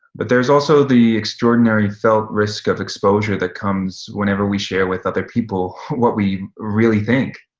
but there is also the extraordinary felt risk of exposure that comes whenever we share with other people what we really think.